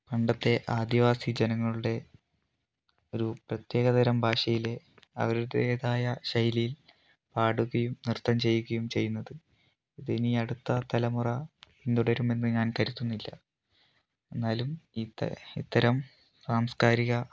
പണ്ടത്തെ ആദിവാസി ജനങ്ങളുടെ ഒരു പ്രത്യേക തരം ഭാഷയിൽ അവരുടേതായ ശൈലിയിൽ പാടുകയും നൃത്തം ചെയ്യുകയും ചെയ്യുന്നത് ഇത് എനി അടുത്ത തലമുറ പിന്തുടരുമെന്നു ഞാൻ കരുതുന്നില്ല എന്നാലും ഇത്തര ഇത്തരം സാംസ്കാരിക